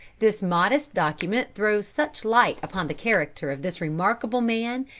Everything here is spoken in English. this modest document throws such light upon the character of this remarkable man,